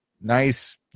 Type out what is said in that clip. nice